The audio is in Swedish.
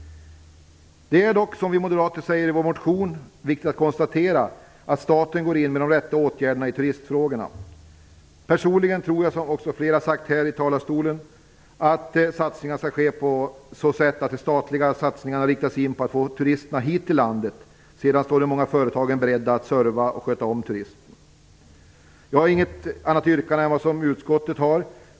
Det är dock, som vi moderater skriver i vår motion, viktigt att staten går in med de rätta åtgärderna i turistfrågorna. Personligen tror jag, liksom flera andra sagt här i talarstolen, att satsningen bör ske på så sätt att de statliga satsningarna inriktas på att få turisterna hit till Sverige. Sedan står de många företagen beredda att serva och sköta om turisterna. Jag har inget annat yrkande än det som utskottet har.